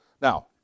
Now